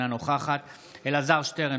אינה נוכחת אלעזר שטרן,